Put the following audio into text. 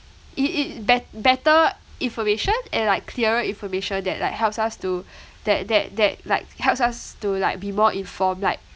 it it bet~ better information and like clearer information that like helps us to that that that like helps us to like be more informed like